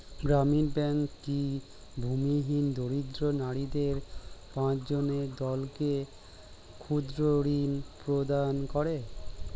গ্রামীণ ব্যাংক কি ভূমিহীন দরিদ্র নারীদের পাঁচজনের দলকে ক্ষুদ্রঋণ প্রদান করে?